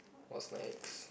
what's next